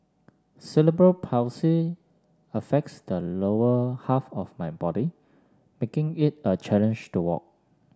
cerebral Palsy affects the lower half of my body making it a challenge to walk